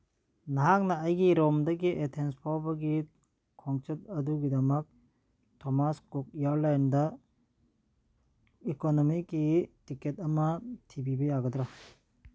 ꯅꯍꯥꯛꯅ ꯑꯩꯒꯤ ꯔꯣꯝꯗꯒꯤ ꯑꯦꯊꯦꯟꯁ ꯐꯥꯎꯕꯒꯤ ꯈꯣꯡꯆꯠ ꯑꯗꯨꯒꯤꯗꯃꯛ ꯊꯣꯃꯥꯁ ꯀꯨꯛ ꯏꯌꯔꯂꯥꯟꯇ ꯏꯁꯀꯣꯅꯣꯃꯤꯛꯀꯤ ꯇꯤꯀꯦꯠ ꯑꯃ ꯊꯤꯕꯤꯕ ꯌꯥꯒꯗ꯭ꯔꯥ